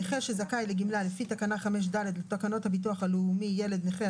נכה שזכאי לגמלה לפי תקנה 5(ד) לתקנות הביטוח הלאומי (ילד נכה),